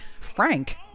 Frank